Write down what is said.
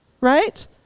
Right